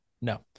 No